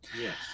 yes